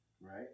right